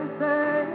say